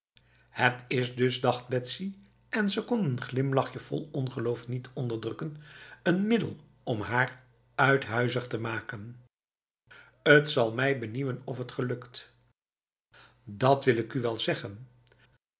het is dus dacht betsy en ze kon een glimlachje vol ongeloof niet onderdrukken een middel om haar uithuizig te maken het zal mij benieuwen of het gelukt dat wil ik u wel zeggen